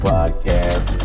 Podcast